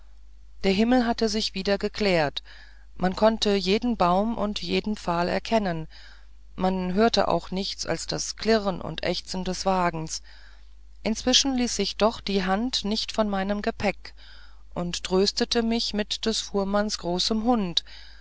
der himmel hatte sich wieder geklärt man konnte jeden baum und jeden pfahl erkennen man hörte auch nichts als das klirren und ächzen des wagens inzwischen ließ ich doch die hand nicht von meinem gepäck und tröstete mich mit des fuhrmanns großem hund